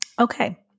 Okay